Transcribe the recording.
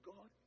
God